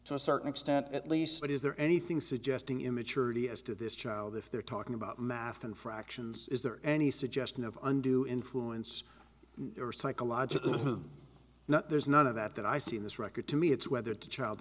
to a certain extent at least but is there anything suggesting immaturity as to this child if they're talking about math and fractions is there any suggestion of undue influence or psychological not there's none of that that i see in this record to me it's whether to child